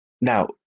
Now